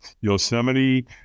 Yosemite